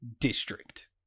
district